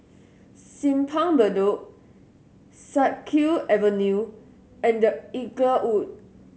Simpang Bedok Siak Kew Avenue and The Inglewood